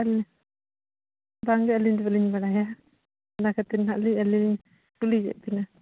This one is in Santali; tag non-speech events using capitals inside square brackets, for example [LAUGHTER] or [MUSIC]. [UNINTELLIGIBLE] ᱵᱟᱝ ᱜᱮ ᱟᱹᱞᱤᱧ ᱫᱚ ᱵᱟᱹᱞᱤᱧ ᱵᱟᱲᱟᱭᱟ ᱚᱱᱟ ᱠᱷᱟᱹᱛᱤᱨ ᱱᱟᱦᱟᱜ ᱞᱤᱧ ᱟᱹᱞᱤᱧ ᱠᱩᱞᱤᱭᱮᱫ ᱵᱤᱱᱟ